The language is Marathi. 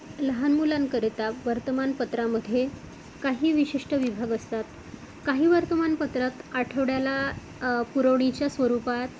लहान मुलांकरिता वर्तमानपत्रामध्ये काही विशिष्ट विभाग असतात काही वर्तमानपत्रात आठवड्याला पुरवणीच्या स्वरूपात